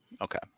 Okay